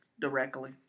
directly